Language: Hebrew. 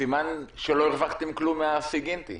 סימן שלא הרווחתם כלום מהסיגינטי.